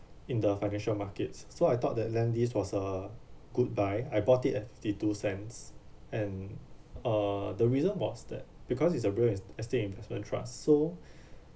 in the financial markets so I thought that lendlease was a good buy I bought it at fifty two cents and uh the reason was that because it's a real es~ estate investment trust so